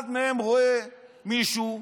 אחד מהם רואה מישהו,